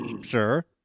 sure